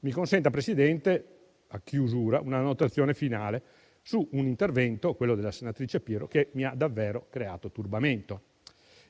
Mi consenta, signor Presidente, una notazione finale su un intervento, quello della senatrice Pirro, che mi ha davvero creato turbamento.